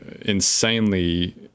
insanely